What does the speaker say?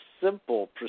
simple